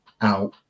out